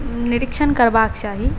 निरिक्षण करबाक चाही